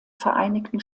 vereinigten